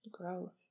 Growth